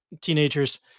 teenagers